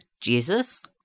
Jesus